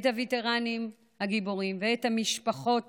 את הווטרנים הגיבורים ואת המשפחות